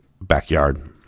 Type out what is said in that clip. backyard